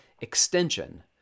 extension